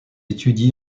étudie